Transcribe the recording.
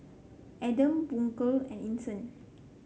Adam Bunga and Isnin